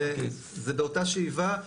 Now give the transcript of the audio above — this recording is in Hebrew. זה באותה שאיבה.